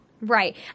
Right